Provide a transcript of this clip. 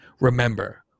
remember